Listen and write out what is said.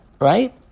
right